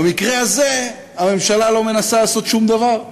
במקרה הזה הממשלה לא מנסה לעשות שום דבר,